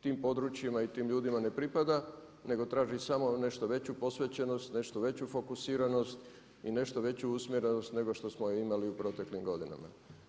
tim područjima i tim ljudima ne pripada nego traži samo nešto veću posvećenost, nešto veću fokusiranost i nešto veću usmjerenost nego što smo imali u proteklim godinama.